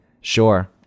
sure